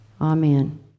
amen